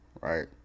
Right